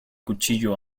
cuchillo